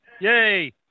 Yay